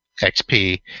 XP